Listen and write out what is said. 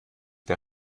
der